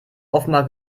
offenbar